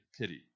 pity